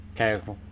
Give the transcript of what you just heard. Okay